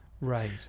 Right